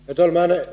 Herr talman!